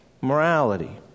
morality